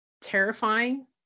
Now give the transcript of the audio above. terrifying